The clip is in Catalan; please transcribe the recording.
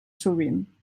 sovint